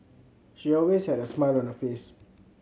she always had a smile on her face